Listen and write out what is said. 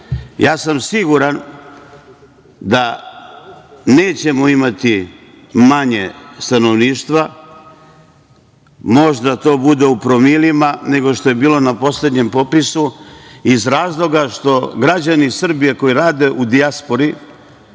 sam siguran da nećemo imati manje stanovništva, možda to bude u promilima, nego što je bilo na poslednjem popisu iz razloga što građani Srbije koji rade u dijaspori